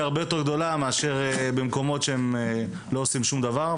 הרבה יותר גדולה מאשר במקומות שהם לא עושים שום דבר,